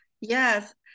Yes